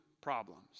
problems